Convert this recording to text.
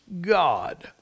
God